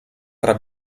tra